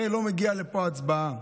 הרי לא מגיעה לפה הצבעה,